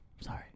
Sorry